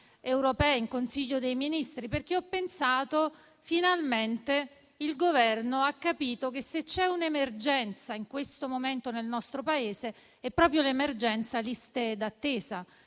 europee in Consiglio dei ministri, perché ho pensato che finalmente il Governo avesse capito che se c'è un'emergenza in questo momento nel nostro Paese è proprio l'emergenza delle liste d'attesa,